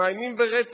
מאיימים ברצח,